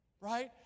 right